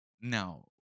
Now